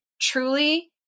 truly